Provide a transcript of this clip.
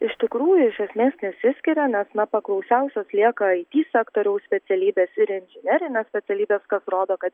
iš tikrųjų iš esmės nesiskiria nes na paklausiausios lieka it sektoriaus specialybės ir inžinerines specialybės kas rodo kad